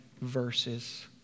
verses